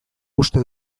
uste